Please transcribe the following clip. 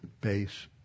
base